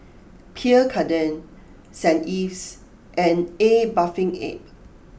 Pierre Cardin Saint Ives and A Bathing Ape